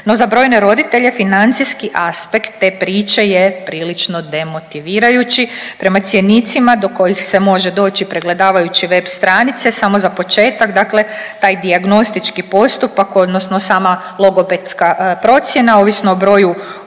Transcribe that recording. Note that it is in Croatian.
no za brojne roditelje financijski aspekt te priče je prilično demotivirajući. Prema cjenicima do kojih se može doći pregledavajući web stranice samo za početak dakle taj dijagnostički postupak odnosno sama logopedska procjena ovisno o broju uključenih